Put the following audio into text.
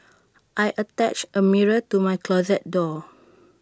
I attached A mirror to my closet door